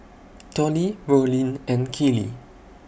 Tollie Rollin and Keely